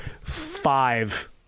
five